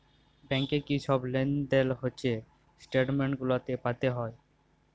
ব্যাংকে কি ছব লেলদেল হছে ইস্ট্যাটমেল্ট গুলাতে পাতে হ্যয়